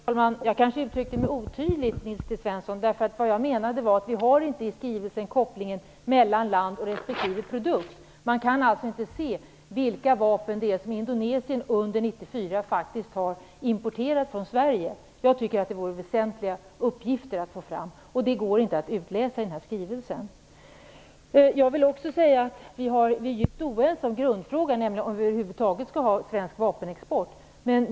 Herr talman! Jag kanske uttryckte mig otydligt, Nils T Svensson. Jag menade att vi i skrivelsen inte har kopplingen mellan land och respektive produkt. Man kan alltså inte se vilka vapen det är som Indonesien under 1994 faktiskt har importerat från Sverige. Jag tycker det vore väsentliga uppgifter att ta fram, men det går inte att utläsa ur den här skrivelsen. Jag vill också säga att vi är djupt oense om grundfrågan, dvs. om vi över huvud taget skall ha svensk vapenexport.